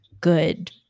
good